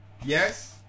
yes